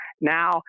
Now